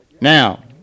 Now